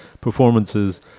performances